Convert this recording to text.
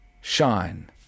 shine